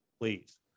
please